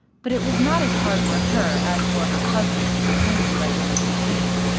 but it was not as hard for her as for her cousins to resume the regular routine.